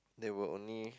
there were only